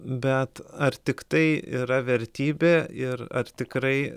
bet ar tik tai yra vertybė ir ar tikrai